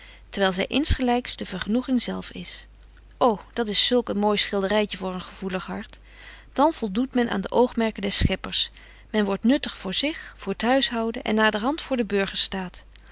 terwyl zy insgelyks de vergenoeging zelf is ô dat is zulk een mooi schilderytje voor een gevoelig hart dan voldoet men aan de oogmerken des scheppers men wordt nuttig voor zich voor t huishouden en naderhand voor den